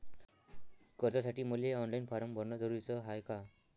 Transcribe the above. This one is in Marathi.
कर्जासाठी मले ऑनलाईन फारम भरन जरुरीच हाय का?